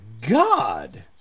God